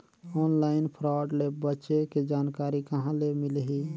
Online fraud ले बचे के जानकारी कहां ले मिलही?